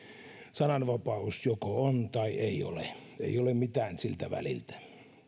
sananvapaus joko on tai ei ole ei ole mitään siltä väliltä